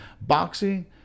boxing